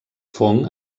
fong